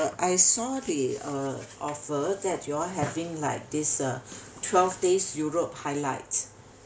I saw the uh offer that y'all having like this uh twelve days europe highlight